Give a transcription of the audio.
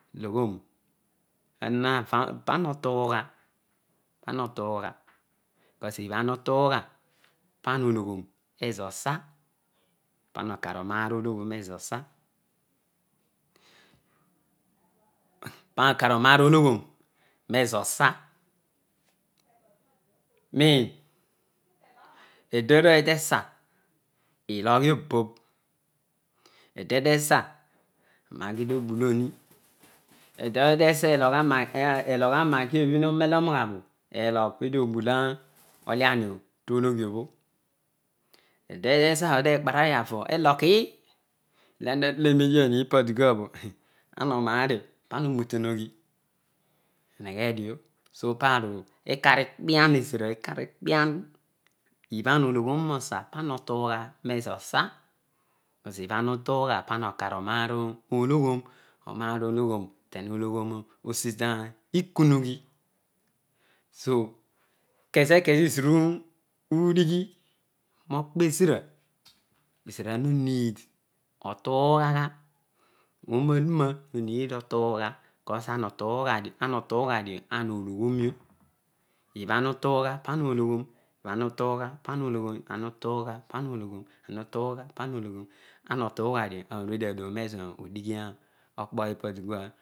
Loghon ana va no tuu gha pa na otungha ibhana utuugha pana ologhoon ezosa pana okene onaa ologhon ezosa pana okai onaa ologhon mezosa mi edeanoy tesa iloghro babh ede tesa anaggi to bulo mi. edetena elogha niagi obho none iomughabho elogh pe eedi obulo oleh eobho tologhi obho eede sa bho tee kpayave olokugh watahe nedian ipa dikuabho ana onaerio pana onute eghi oheghe dio parobu ikari kpian ezira omd otuugha cus ama otuugha dio ama ologho nio ibhaha utuugha pana ologhoir ovna otuugha dio ama orue dio aloghoa ezodighi okpoipa dikuabho